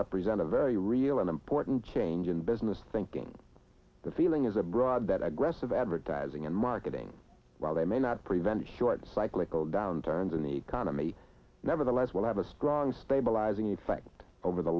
represent a very real and important change in business thinking the feeling is abroad that aggressive advertising and marketing while they may not prevent a short cyclical downturns in the economy nevertheless will have a strong stabilizing effect over the